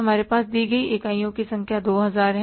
हमारे पास दी गई इकाइयों की संख्या 2000 है